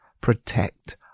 protect